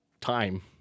time